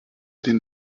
den